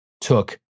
took